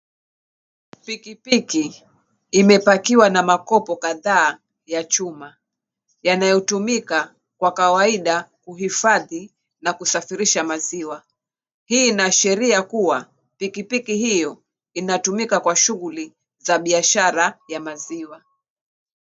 Pikipiki imepakiwa na makopo kadhaa ya chuma, yanayotumika kwa kawaida kuhifadhi na kusafirisha maziwa. Hii inaashiria kuwa pikipiki hio inatumika kwa shughuli za biashara ya maziwa.